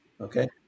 Okay